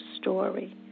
story